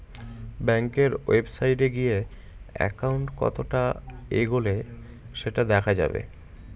ব্যাঙ্কের ওয়েবসাইটে গিয়ে একাউন্ট কতটা এগোলো সেটা দেখা যাবে